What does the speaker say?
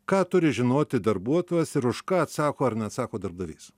ką turi žinoti darbuotojas ir už ką atsako ar neatsako darbdavys